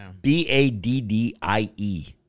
B-A-D-D-I-E